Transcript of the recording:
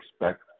expect